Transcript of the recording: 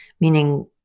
meaning